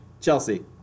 Chelsea